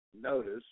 notice